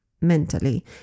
mentally